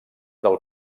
del